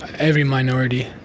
every minority,